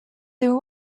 there